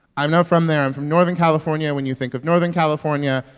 i'm not from there. i'm from northern california. when you think of northern california,